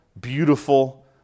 beautiful